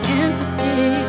entity